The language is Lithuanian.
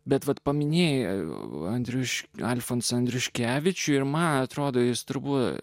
bet vat paminėjo andrius alfonsą andriuškevičių ir man atrodo jis turbūt